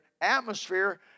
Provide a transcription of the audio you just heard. atmosphere